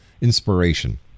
inspiration